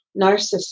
narcissist